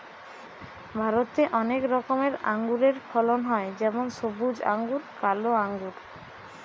ভারতে অনেক রকমের আঙুরের ফলন হয় যেমন সবুজ আঙ্গুর, কালো আঙ্গুর